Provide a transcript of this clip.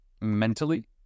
Mentally